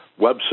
website